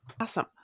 Awesome